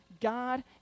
God